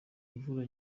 imvura